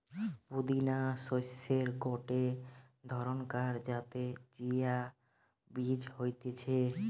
পুদিনা শস্যের গটে ধরণকার যাতে চিয়া বীজ হতিছে